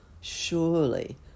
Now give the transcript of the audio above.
Surely